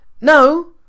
No